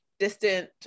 distant